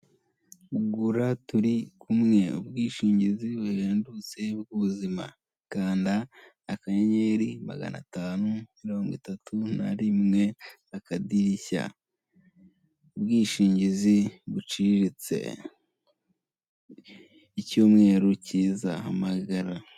Gura "turi kumwe" ubwishingizi buhendutse bw'ubuzima, kanda akanyeri magana atanu mirongo itatu na rimwe akadirishya, ubwishingizi buciriritse, icyumweru cyiza hamagara.